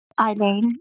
Eileen